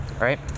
Right